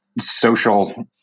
social